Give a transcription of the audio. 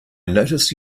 notice